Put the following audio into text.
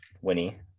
Winnie